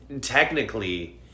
technically